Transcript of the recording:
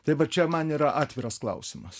tai va čia man yra atviras klausimas